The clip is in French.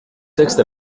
texte